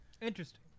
Interesting